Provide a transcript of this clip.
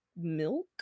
milk